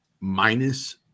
minus